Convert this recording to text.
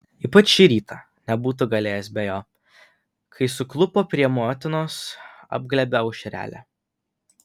ypač šį rytą nebūtų galėjęs be jo kai suklupo prie motinos apglėbė aušrelę